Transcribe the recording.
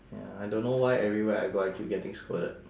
ya I don't know why everywhere I go I keep getting scolded